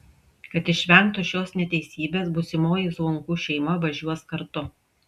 kad išvengtų šios neteisybės būsimoji zvonkų šeima važiuos kartu